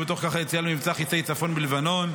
ובתוך כך היציאה למבצע חיצי צפון בלבנון,